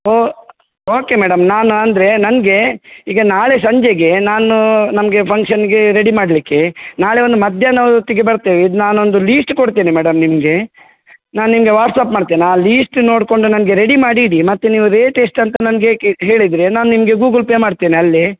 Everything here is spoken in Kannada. ಓಹ್ ಓಕೆ ಮೇಡಮ್ ನಾನು ಅಂದರೆ ನನ್ಗೆ ಈಗ ನಾಳೆ ಸಂಜೆಗೆ ನಾನು ನಮಗೆ ಫಂಕ್ಷನ್ಗೆ ರೆಡಿ ಮಾಡಲಿಕ್ಕೆ ನಾಳೆ ಒಂದು ಮಧ್ಯಾಹ್ನ ಹೊತ್ತಿಗೆ ಬರ್ತೇವೆ ಇದು ನಾನೊಂದು ಲೀಸ್ಟ್ ಕೊಡ್ತೇನೆ ಮೇಡಮ್ ನಿಮಗೆ ನಾನು ನಿಮಗೆ ವಾಟ್ಸಾಪ್ ಮಾಡ್ತೇನೆ ಆ ಲೀಸ್ಟ್ ನೋಡಿಕೊಂಡು ನನಗೆ ರೆಡಿ ಮಾಡಿ ಇಡಿ ಮತ್ತು ನೀವು ರೇಟ್ ಎಷ್ಟು ಅಂತ ನನಗೆ ಕೆ ಹೇಳಿದರೆ ನಾನು ನಿಮಗೆ ಗೂಗಲ್ಪೇ ಮಾಡ್ತೇನೆ ಅಲ್ಲೇ